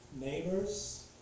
neighbors